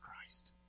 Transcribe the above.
Christ